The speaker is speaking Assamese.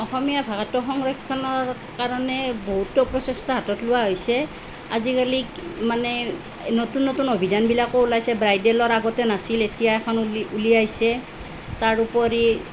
অসমীয়া ভাষাটো সংৰক্ষণৰ কাৰণে বহুতো প্ৰচেষ্টা হাতত লোৱা হৈছে আজিকালি কি মানে নতুন নতুন অভিধানবিলাকো ওলাইছে ব্ৰাইডেলৰ আগতে নাছিল এতিয়া এখন উলি উলিয়াইছে তাৰ উপৰি